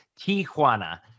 Tijuana